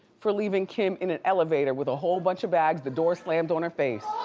for leaving kim in an elevator with a whole bunch of bags, the door slammed on her face.